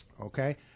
Okay